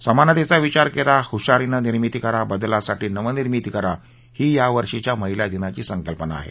समानतेचा विचार करा हुशारीनं निर्मिती करा बदलासाठी नवनिर्मिती करा ही या वर्षीच्या महिला दिनाची संकल्पना आहे